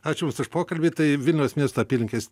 ačiū jums už pokalbį tai vilniaus miesto apylinkės